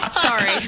Sorry